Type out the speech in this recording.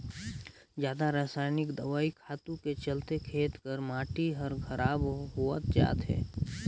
जादा रसायनिक दवई खातू के चलते खेत के माटी हर खराब होवत जात हे